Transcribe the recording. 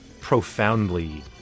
profoundly